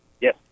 Yes